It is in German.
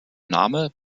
name